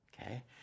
Okay